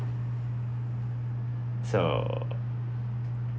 so